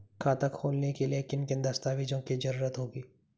खाता खोलने के लिए किन किन दस्तावेजों की जरूरत होगी?